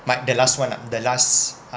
might the last one ah the last